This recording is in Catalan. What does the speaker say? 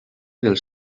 dels